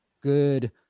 good